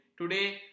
today